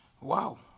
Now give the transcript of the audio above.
Wow